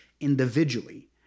individually